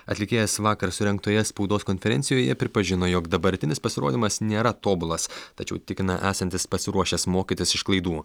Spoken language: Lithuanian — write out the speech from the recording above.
atlikėjas vakar surengtoje spaudos konferencijoje pripažino jog dabartinis pasirodymas nėra tobulas tačiau tikina esantis pasiruošęs mokytis iš klaidų